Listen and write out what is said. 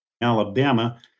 Alabama